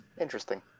Interesting